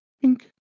pink